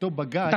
אותו בג"ץ,